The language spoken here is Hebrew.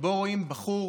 שבו רואים בחור